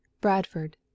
Bradford